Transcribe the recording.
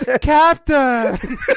Captain